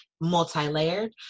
multi-layered